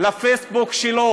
לפייסבוק שלו,